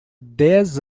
dez